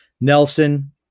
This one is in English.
Nelson